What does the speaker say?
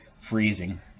freezing